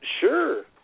Sure